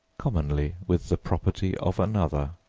commonly with the property of another.